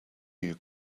you